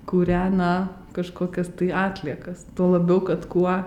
kūrena kažkokias tai atliekas tuo labiau kad kuo